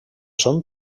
són